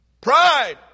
Pride